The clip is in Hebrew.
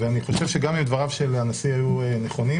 ואני חושב שגם אם דבריו של הנשיא היו נכונים,